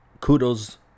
kudos